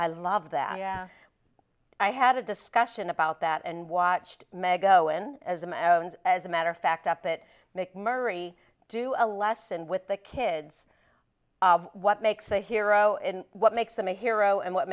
i love that i had a discussion about that and watched meg go in as a as a matter of fact up it make marie do a lesson with the kids what makes a hero in what makes them a hero and what